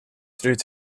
through